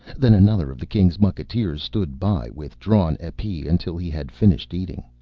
then another of the king's mucketeers stood by with drawn epee until he had finished eating.